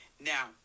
now